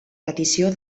petició